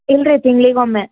ಇಲ್ಲ ರೀ ತಿಂಗ್ಳಿಗೆ ಒಮ್ಮೆ